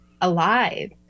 alive